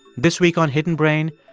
this week on hidden brain,